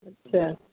अच्छा